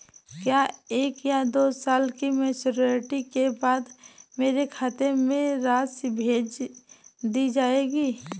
क्या एक या दो साल की मैच्योरिटी के बाद मेरे खाते में राशि भेज दी जाएगी?